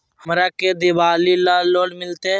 हमरा के दिवाली ला लोन मिलते?